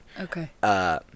Okay